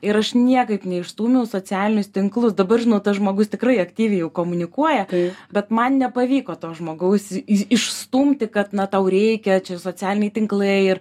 ir aš niekaip neišstūmiau į socialinius tinklus dabar žinau tas žmogus tikrai aktyviai jau komunikuoja bet man nepavyko to žmogaus i išstumti kad na tau reikia čia socialiniai tinklai ir